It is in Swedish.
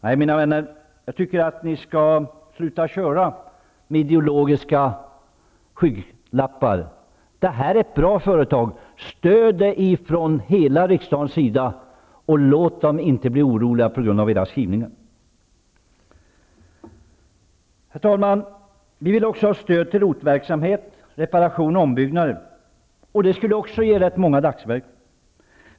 Nej, mina vänner, jag tycker att ni skall sluta att köra med ideologiska skygglappar. Det här är ett bra företag; stöd det från hela riksdagens sida och låt dem inte bli oroliga på grund av era skrivningar! Herr talman! Vi vill också ha stöd till ROT verksamhet, reparation och ombyggnad, vilket också skulle ge många dagsverken.